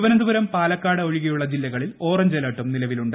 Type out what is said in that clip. തിരുവനന്തപുരം പാലക്കാട് ഒഴികെയുള്ള ജില്ലകളിൽ ഓറഞ്ച് അലർട്ടും നിലവിലുണ്ട്